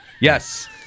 Yes